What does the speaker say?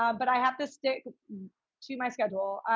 um but i have to stick to my schedule.